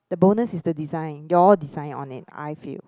the bonus is the design they all design on it I feel